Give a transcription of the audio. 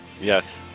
Yes